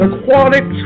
Aquatic